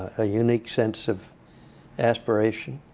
a unique sense of aspiration,